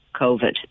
COVID